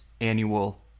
annual